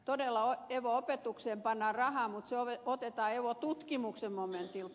todella evo opetukseen pannaan rahaa mutta se otetaan evo tutkimuksen momentilta